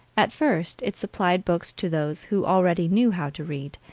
at first it supplied books to those who already knew how to read,